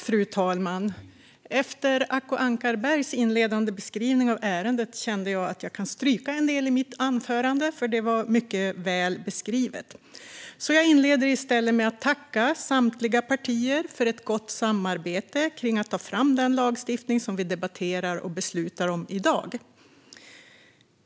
Fru talman! Efter Acko Ankarbergs inledande beskrivning av ärendet känner jag att jag kan stryka en del i mitt anförande. Det var nämligen mycket väl beskrivet. Jag inleder i stället med att tacka samtliga partier för ett gott samarbete kring att ta fram den lagstiftning som vi debatterar och beslutar om i dag.